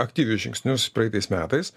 aktyvius žingsnius praeitais metais